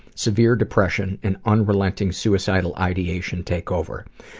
severe depression and unrelenting suicidal ideation take over,